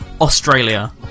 Australia